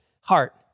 heart